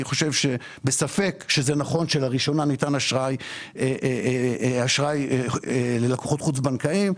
אני בספק שזה נכון שלראשונה ניתן אשראי ללקוחות חוץ בנקאיים.